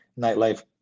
nightlife